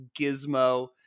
Gizmo